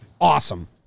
Awesome